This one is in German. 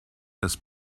das